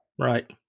right